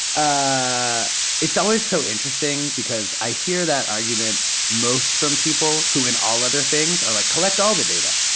ah it's always so interesting because i hear that argument most from people who, in all other things, are like, collect all the data,